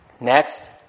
Next